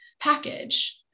package